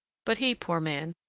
but he, poor man,